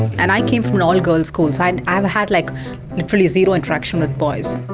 and i came from an all-girls and school, and so i'd i'd had like literally zero interaction with boys.